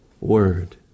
word